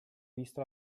visto